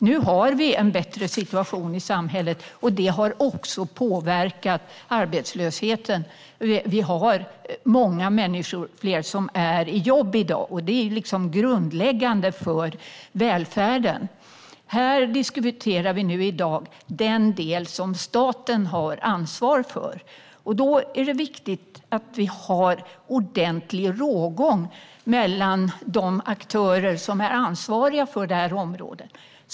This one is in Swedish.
Nu har vi en bättre situation i samhället, och det har också påverkat arbetslösheten. Det är många fler som är i jobb i dag, och det är grundläggande för välfärden. Nu diskuterar vi den del som staten har ansvar för. Det är viktigt att vi har en ordentlig rågång mellan de aktörer som är ansvariga för området.